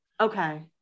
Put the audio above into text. Okay